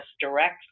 direct